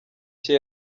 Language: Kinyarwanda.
cye